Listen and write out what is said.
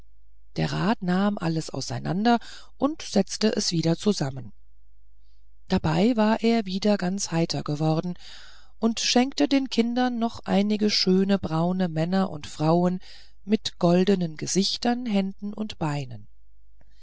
der rat nahm alles auseinander und setzte es wieder zusammen dabei war er wieder ganz heiter geworden und schenkte den kindern noch einige schöne braune männer und frauen mit goldnen gesichtern händen und beinen